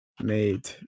made